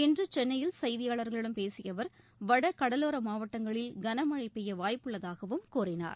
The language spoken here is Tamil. இன்றுசென்னையில் செய்தியாளர்களிடம் பேசியஅவர் வடகடலோரமாவட்டங்களில் கன்மழைபெய்யவாய்ப்புள்ளதாகவும் கூறினார்